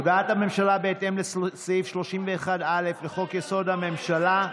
הודעת הממשלה בהתאם לסעיף 31(א) לחוק-יסוד: הממשלה,